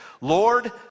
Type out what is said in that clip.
Lord